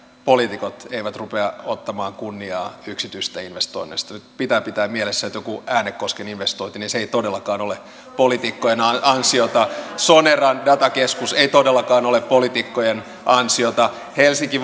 poliitikot eivät rupea ottamaan kunniaa yksityisistä investoinneista nyt pitää pitää mielessä että joku äänekosken investointi ei todellakaan ole poliitikkojen ansiota soneran datakeskus ei todellakaan ole poliitikkojen ansiota helsinki